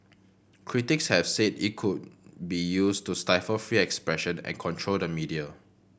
critics have said it could be used to stifle free expression and control the media